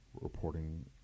reporting